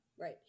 Right